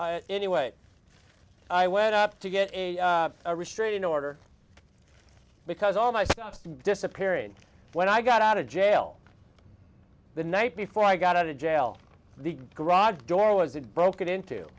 anyway i went up to get a restraining order because all my stuff disappearing when i got out of jail the night before i got out of jail the garage door was had broken into